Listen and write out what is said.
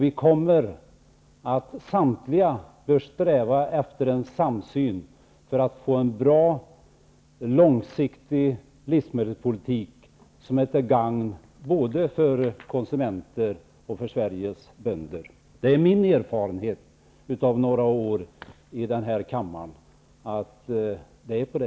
Vi bör samtliga nu sträva efter en samsyn för att få en bra livsmedelspolitik långsiktigt som är till gagn för både konsumenter och Sveriges bönder. Det är min erfarenhet av några år i denna kammare.